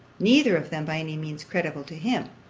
neither of them, by any means, creditable to him.